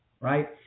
right